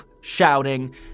shouting